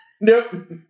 Nope